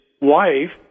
wife